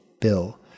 bill